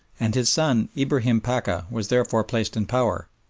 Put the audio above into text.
and his son ibrahim pacha was therefore placed in power,